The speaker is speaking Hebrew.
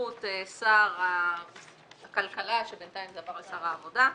בסמכות שר הכלכלה, שבינתיים זה עבר לשר העבודה,